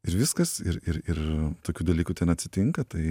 ir viskas ir ir ir tokių dalykų ten atsitinka tai